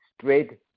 straight